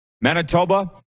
Manitoba